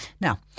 now